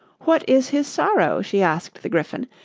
what is his sorrow she asked the gryphon,